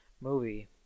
movie